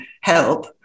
help